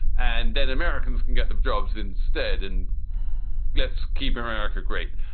and then americans can get jobs instead. and let's keep america great.